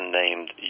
named